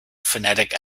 phonetic